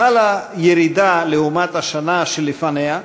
חלה ירידה לעומת השנה שלפניה,